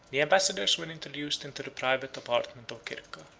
the ambassadors were introduced into the private apartment of cerca.